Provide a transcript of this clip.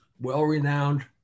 well-renowned